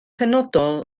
penodol